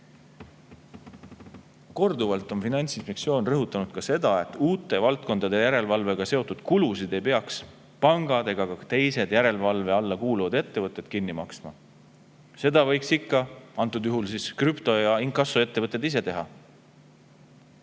Korduvalt on Finantsinspektsioon rõhutanud ka seda, et uute valdkondade järelevalvega seotud kulusid ei peaks pangad ega ka teised järelevalve alla kuuluvad ettevõtted kinni maksma. Seda võiks ikka [ettevõtted], antud juhul siis krüpto‑ ja inkassoettevõtted ise teha.